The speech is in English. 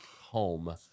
home